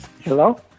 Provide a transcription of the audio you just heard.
Hello